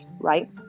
right